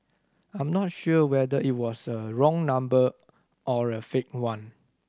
I'm not sure whether it was the wrong number or a fake one